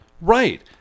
right